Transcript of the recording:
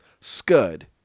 Scud